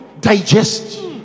digest